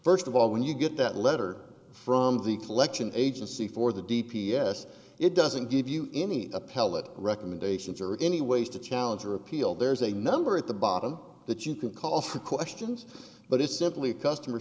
first of all when you get that letter from the collection agency for the d p s it doesn't give you any appellate recommendations or any ways to challenge or appeal there's a number at the bottom that you can call the questions but it's certainly a customer